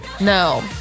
No